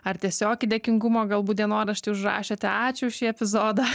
ar tiesiog į dėkingumo galbūt dienoraštį užrašėte ačiū šį epizodą